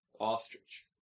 Ostrich